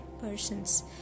persons